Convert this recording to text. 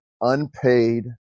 unpaid